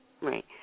Right